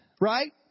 right